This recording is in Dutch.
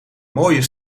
mooie